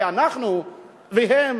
כי אנחנו והם,